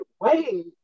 wait